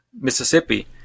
Mississippi